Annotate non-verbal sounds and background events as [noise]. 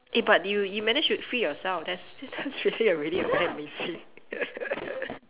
eh but you you managed to free yourself that's that's really already very amazing [laughs]